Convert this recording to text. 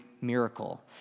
miracle